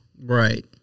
Right